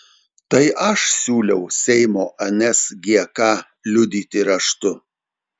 tai aš siūliau seimo nsgk liudyti raštu